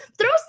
throw